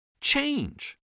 change